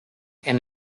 and